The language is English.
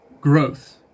Growth